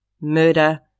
murder